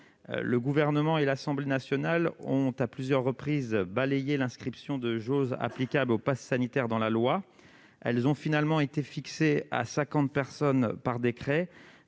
Le Gouvernement et l'Assemblée nationale ayant, à plusieurs reprises, balayé l'inscription de jauges applicables au passe sanitaire dans la loi, celles-ci ont finalement été fixées par décret